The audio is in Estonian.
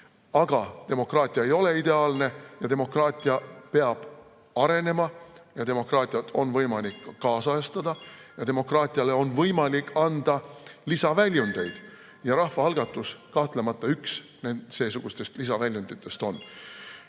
Aga demokraatia ei ole ideaalne. Demokraatia peab arenema, demokraatiat on võimalik ajakohastada ja demokraatiale on võimalik anda lisaväljundeid. Ja rahvaalgatus kahtlemata üks seesugustest lisaväljunditest on. Nii